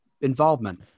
involvement